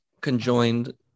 conjoined